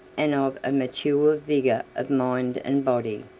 and of a mature vigor of mind and body.